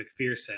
McPherson